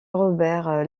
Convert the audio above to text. robert